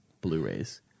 Blu-rays